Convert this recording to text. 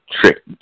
trick